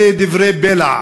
אלה דברי בלע,